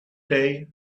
day